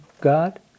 God